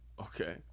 Okay